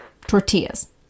tortillas